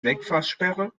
wegfahrsperre